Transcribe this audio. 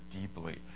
deeply